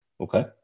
Okay